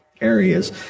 areas